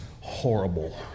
horrible